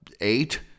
Eight